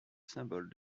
symbole